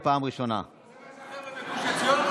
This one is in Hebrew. לא, ואיזה בלם יש על הכוח שלכם?